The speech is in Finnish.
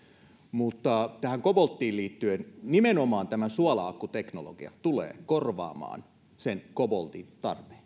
mutta tähän kobolttiin liittyen nimenomaan tämä suola akkuteknologia tulee korvaamaan sen koboltin tarpeen